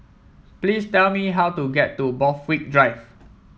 please tell me how to get to Borthwick Drive